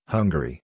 Hungary